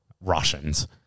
Russians